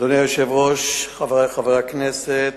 אדוני היושב-ראש, חברי חברי הכנסת,